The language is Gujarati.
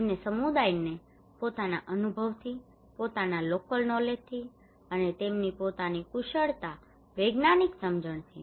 તેમને સમુદાયને પોતાના અનુભવથી પોતાના લોકલ નોલેજ થી અને તેમની પોતાની કુશળતા વૈજ્ઞાનિક સમજણથી